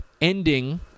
ending